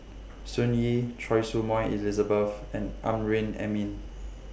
Sun Yee Choy Su Moi Elizabeth and Amrin Amin